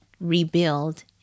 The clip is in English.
rebuild